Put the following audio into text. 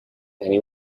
penny